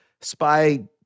spy